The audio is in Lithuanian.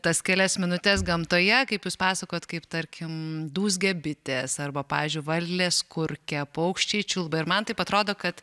tas kelias minutes gamtoje kaip jūs pasakojot kaip tarkim dūzgia bitės arba pavyzdžiui varlės kurkia paukščiai čiulba ir man taip atrodo kad